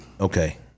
Okay